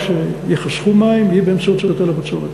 שייחסכו מים יהיה באמצעות היטל הבצורת.